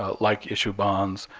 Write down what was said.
ah like issue bonds.